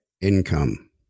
income